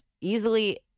easily